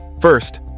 First